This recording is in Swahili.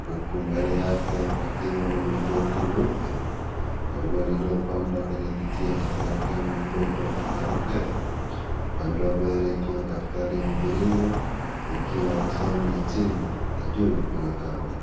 huku mbele yake pakiwa na mlingoti mweupe na ua lililopandwa kwenye kijia cha kueleke kwenye mlingoti wa kuwekea bendera upande wa mbele ukiwa katika hali ya mfiringo ikiwa ni sehemu ya chini na juu kwenye kamba.